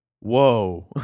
Whoa